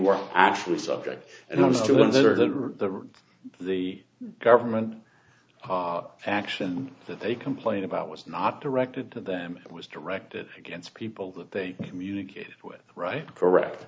were actually subject i don't know that or the government action that they complained about was not directed to them it was directed against people that they communicated with right correct